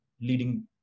leading